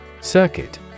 Circuit